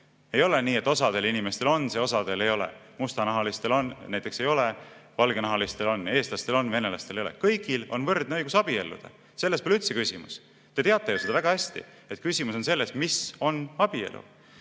Ei ole nii, et osal inimestel on see, osal ei ole, mustanahalistel näiteks ei ole, valgenahalistel on, eestlastel on, venelastel ei ole. Kõigil on võrdne õigus abielluda, selles pole üldse küsimust. Te teate ju väga hästi, et küsimus on selles, mis on abielu.